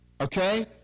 Okay